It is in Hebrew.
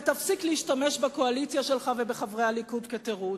ותפסיק להשתמש בקואליציה שלך ובחברי הליכוד כתירוץ.